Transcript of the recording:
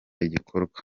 igikorwa